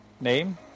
name